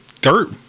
dirt